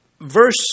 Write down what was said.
verse